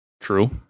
True